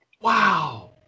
Wow